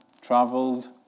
traveled